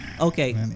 Okay